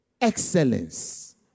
excellence